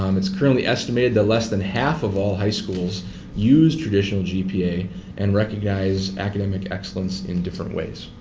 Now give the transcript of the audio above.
um it's currently estimated that less than half of all high schools use traditional gpa and recognize academic excellence in different ways.